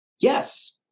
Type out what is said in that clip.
Yes